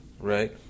Right